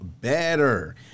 better